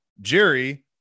Jerry